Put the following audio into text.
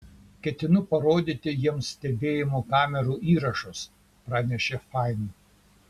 ketinu parodyti jiems stebėjimo kamerų įrašus pranešė fain